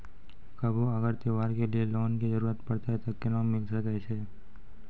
कभो अगर त्योहार के लिए लोन के जरूरत परतै तऽ केना मिल सकै छै?